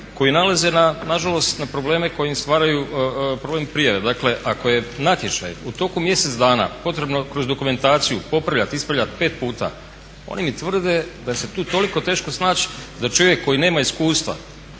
koji nailaze na žalost na probleme koji im stvaraju problem prijave. Dakle, ako je natječaj u toku mjesec dana potrebno kroz dokumentaciju popravljati, ispravljati pet puta oni tvrde da se tu toliko teško snaći da čovjek koji nema iskustva